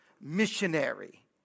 missionary